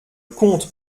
compte